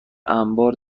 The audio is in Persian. انبار